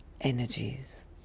energies